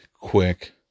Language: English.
quick